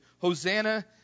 Hosanna